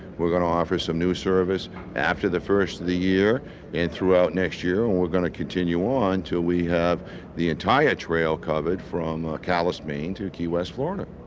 we're going to offer some new service after the first of the year and throughout next year, and we're going to continue on until we have the entire trail covered from calais, maine, to key west, florida.